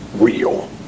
Real